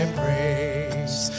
praise